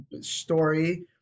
story